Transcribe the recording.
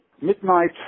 midnight